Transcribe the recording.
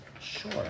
sure